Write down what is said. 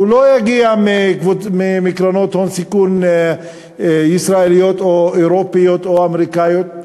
הוא לא יגיע מקרנות הון סיכון ישראליות או אירופיות או אמריקניות.